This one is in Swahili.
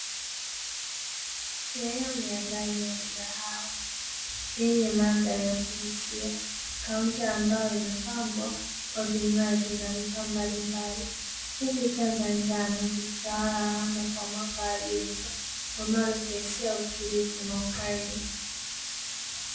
Sehemu ya ndani ya mgahawa yenye mandhari ya kuvutia, kaunta ambayo imepangwa kwa vinywaji na vifaa mbalimbali huku taa za njano zikitawala anga kwa mwanga wa joto unaoleta hisia ya utulivu na ukarimu.